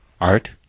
Art